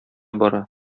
бара